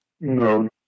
no